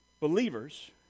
believers